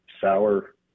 sour